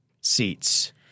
seats